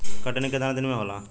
कटनी केतना दिन में होला?